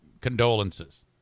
Condolences